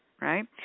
right